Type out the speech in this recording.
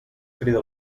crida